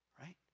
right